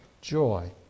joy